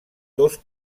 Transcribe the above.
dos